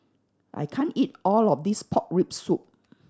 I can't eat all of this pork rib soup